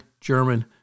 German